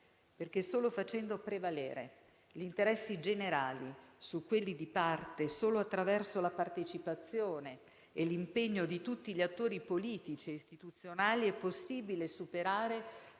perché solo facendo prevalere gli interessi generali su quelli di parte e solo attraverso la partecipazione e l'impegno di tutti gli attori politici e istituzionali è possibile superare